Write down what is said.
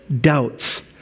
doubts